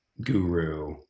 guru